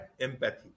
empathy